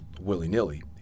willy-nilly